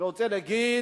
אני רוצה להגיד,